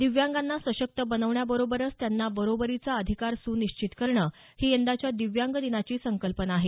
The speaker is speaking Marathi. दिव्यांगांना सशक्त बनवण्याबरोबरच त्यांना बरोबरीचा अधिकार सुनिश्चित करणं ही यंदाच्या दिव्यांग दिनाची संकल्पना आहे